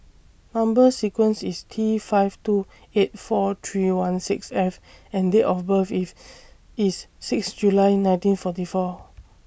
Number sequence IS T five two eight four three one six F and Date of birth If IS six July nineteen forty four